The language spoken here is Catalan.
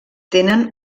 tenen